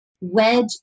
wedge